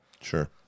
sure